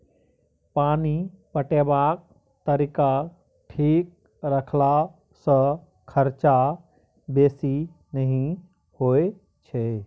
पानि पटेबाक तरीका ठीक रखला सँ खरचा बेसी नहि होई छै